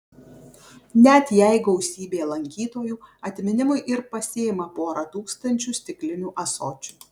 net jei gausybė lankytojų atminimui ir pasiima porą tūkstančių stiklinių ąsočių